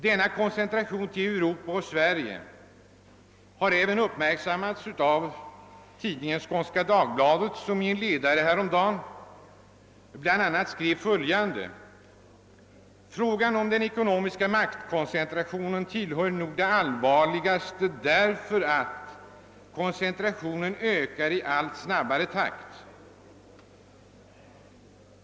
Denna koncentration till Europa och Sverige har även uppmärksammats av tidningen Skånska Dagbladet som i en ledare häromdagen skrev bl.a. följande: »Frågan om den ekonomiska maktkoncentrationen tillhör nog de allvarligaste därför att koncentrationen ökar i allt snabbare takt.